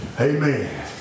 amen